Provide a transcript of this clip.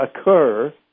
occur